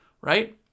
Right